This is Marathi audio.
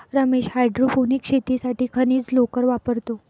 रमेश हायड्रोपोनिक्स शेतीसाठी खनिज लोकर वापरतो